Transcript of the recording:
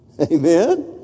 Amen